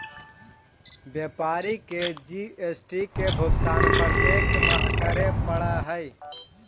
व्यापारी के जी.एस.टी के भुगतान प्रत्येक माह करे पड़ऽ हई